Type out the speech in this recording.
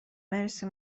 مرسی